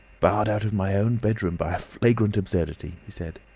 barred out of my own bedroom, by a flagrant absurdity! he said.